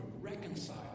reconcile